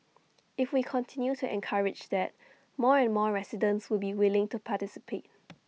if we continue to encourage that more and more residents will be willing to participate